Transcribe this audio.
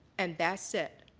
and that's it,